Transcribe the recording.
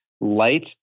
light